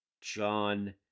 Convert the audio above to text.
John